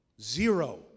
Zero